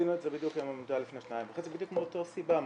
עשינו את זה בדיוק עם העמותה לפני שנתיים וחצי בדיוק מאותה סיבה,